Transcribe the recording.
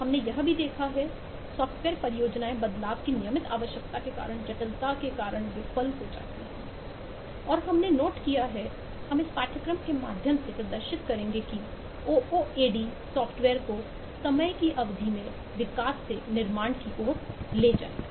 हमने यह भी देखा है सॉफ्टवेयर परियोजनाएं बदलाव की नियमित आवश्यकता के कारण जटिलता के कारण विफल हो जाती हैं और हमने नोट किया है हम इस पाठ्यक्रम के माध्यम से प्रदर्शित करेंगे कि OOAD सॉफ्टवेयर को समय की अवधि में विकास से ले निर्माण की ओर ले जाएगा